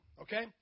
okay